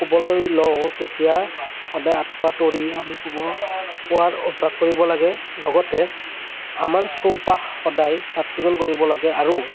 শুবলৈ লওঁ তেতিয়া সদায় আঁঠুৱা তৰি আমি শুব শোৱাৰ অভ্যাস কৰিব লাগে লগতে আমাৰ চৌপাশ সদায় চাফ চিকুণ কৰিব লাগে আৰু